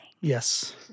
Yes